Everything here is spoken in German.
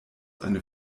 eine